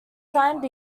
signed